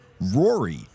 Rory